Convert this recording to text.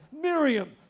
Miriam